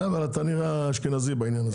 אבל אתה נראה אשכנזי בעניין הזה?